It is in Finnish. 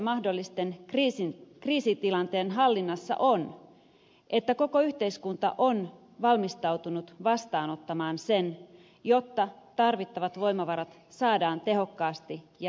keskeistä mahdollisen kriisitilanteen hallinnassa on että koko yhteiskunta on valmistautunut vastaanottamaan sen jotta tarvittavat voimavarat saadaan tehokkaasti ja nopeasti käyttöön